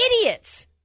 idiots